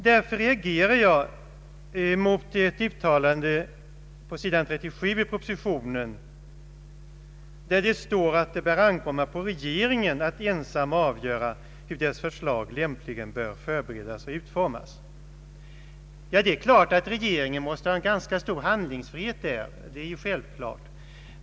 Därför reagerar jag mot ett uttalande på sidan 37 i propositionen där det står att det bör ankomma på regeringen att ensam avgöra hur dess förslag lämpligen bör förberedas och utformas. Det är klart att regeringen måste ha ganska stor handlingsfrihet.